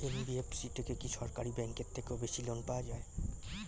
NBFC থেকে কি সরকারি ব্যাংক এর থেকেও বেশি লোন পাওয়া যায়?